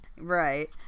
Right